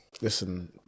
Listen